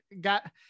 Got